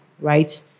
right